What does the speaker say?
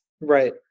right